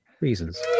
reasons